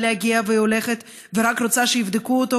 להגיע והיא הולכת ורק רוצה שיבדקו אותו,